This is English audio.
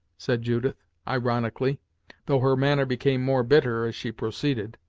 said judith, ironically though her manner became more bitter as she proceeded.